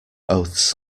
oaths